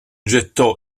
gettò